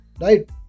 Right